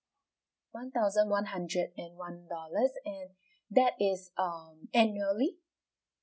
one thousand one hundred and one dollars and that is um annually